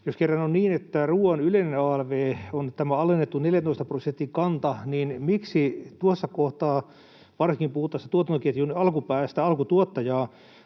on niin, että ruuan yleinen alv on tämä alennettu 14 prosentin kanta, niin miksi tuossa kohtaa, varsinkin puhuttaessa tuotantoketjun alkupäästä, alkutuottajaa